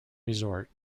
resort